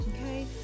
okay